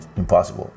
impossible